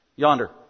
Yonder